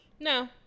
no